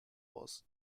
was